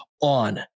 on